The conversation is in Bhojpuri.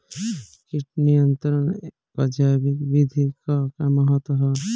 कीट नियंत्रण क जैविक विधि क का महत्व ह?